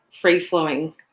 free-flowing